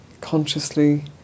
consciously